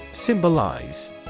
Symbolize